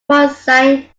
croissant